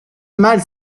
mal